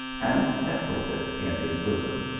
and nestled it in his bosom.